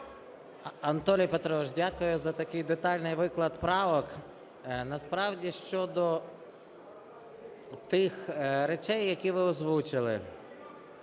Анатолій Петрович, дякую за такий детальний виклад правок. Насправді, щодо тих речей, які ви озвучили.